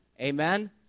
Amen